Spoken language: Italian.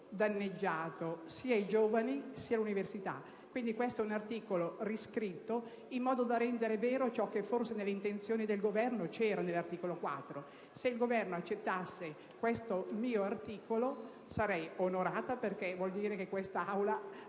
danneggiato sia i giovani sia le università. Quindi, questo è un articolo riscritto in modo da rendere vero ciò che forse, nelle intenzioni del Governo, c'era nell'articolo 4. Se il Governo accettasse questo mio emendamento ne sarei onorata, perché vorrebbe dire che in questa